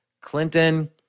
Clinton